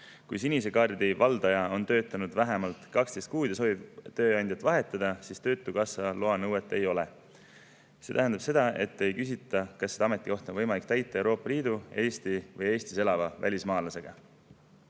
Kui sinise kaardi valdaja on töötanud vähemalt 12 kuud ja soovib tööandjat vahetada, siis töötukassa loa nõuet ei ole. See tähendab, et ei küsita, kas seda ametikohta on võimalik täita Euroopa Liidu või Eesti [kodanikuga] või Eestis elava välismaalasega.